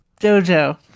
JoJo